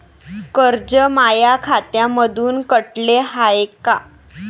कर्ज माया खात्यामंधून कटलं हाय का?